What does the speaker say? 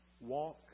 walk